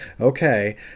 okay